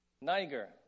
Niger